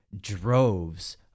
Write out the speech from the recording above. droves